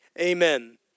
Amen